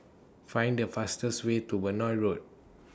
Find The fastest Way to Benoi Road